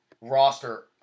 roster